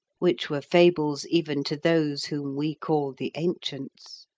which were fables even to those whom we call the ancients.